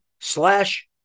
slash